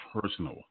personal